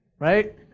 Right